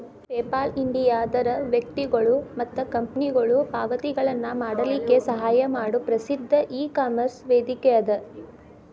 PayPal India ಅದರ್ ವ್ಯಕ್ತಿಗೊಳು ಮತ್ತ ಕಂಪನಿಗೊಳು ಪಾವತಿಗಳನ್ನ ಮಾಡಲಿಕ್ಕೆ ಸಹಾಯ ಮಾಡೊ ಪ್ರಸಿದ್ಧ ಇಕಾಮರ್ಸ್ ವೇದಿಕೆಅದ